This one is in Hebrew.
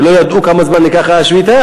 ולא ידעו כמה זמן תארך השביתה.